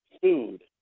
food